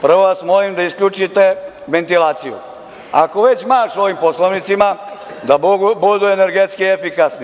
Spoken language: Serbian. Prvo vas molim da isključite ventilaciju, ako već mašu ovim Poslovnicima, da budu energetski efikasni.